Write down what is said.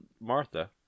Martha